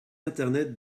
internet